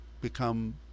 become